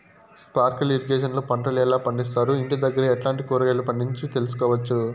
Sprinkle irrigation లో పంటలు ఎలా పండిస్తారు, ఇంటి దగ్గరే ఎట్లాంటి కూరగాయలు పండించు తెలుసుకోవచ్చు?